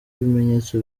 ibimenyetso